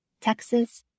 Texas